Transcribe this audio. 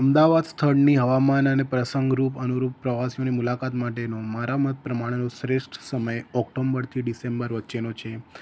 અમદાવાદ સ્થળની હવામાન અને પ્રસંગરૂપ અનુરૂપ પ્રવાસોની મુલાકાત માટેનો મારા મત પ્રમાણેનો શ્રેષ્ઠ સમય ઓક્ટોબરથી ડિસેમ્બર વચ્ચેનો છે